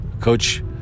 coach